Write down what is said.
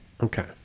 Okay